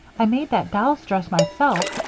i made that doll's dress myself,